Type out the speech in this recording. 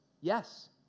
Yes